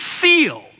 sealed